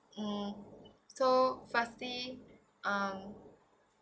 mm so firstly um